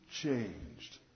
changed